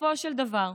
בסופו של דבר,